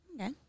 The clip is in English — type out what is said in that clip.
Okay